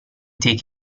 take